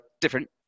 different